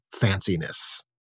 fanciness